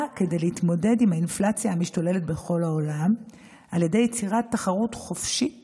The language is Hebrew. באה להתמודד עם האינפלציה המשתוללת בכל העולם על ידי יצירת תחרות חופשית